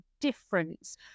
difference